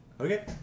Okay